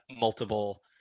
multiple